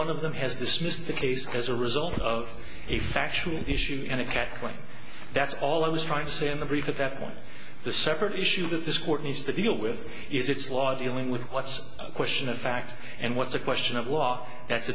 one of them has dismissed the case as a result of a factual issue and it had one that's all i was trying to say i'm a brief at that point the separate issue that this court needs to deal with is its laws dealing with what's a question of fact and what's a question of law that's